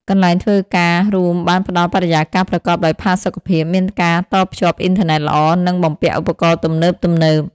កន្លែងធ្វើការរួមបានផ្តល់បរិយាកាសប្រកបដោយផាសុកភាព មានការតភ្ជាប់អ៊ីនធឺណិតល្អ និងបំពាក់ឧបករណ៍ទំនើបៗ។